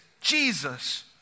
Jesus